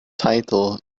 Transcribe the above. title